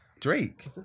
Drake